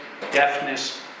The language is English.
deafness